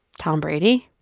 tom brady?